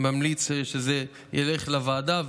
ממליץ שזה ילך לוועדה,